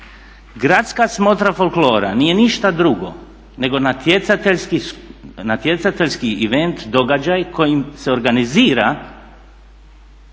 Gradska smotra folklora nije ništa drugo nego natjecateljski događaj kojim se organizira